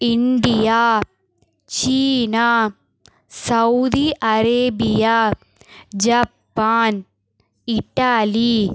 India China Saudi Arabia Japan Italy